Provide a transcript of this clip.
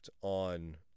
on